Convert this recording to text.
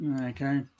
Okay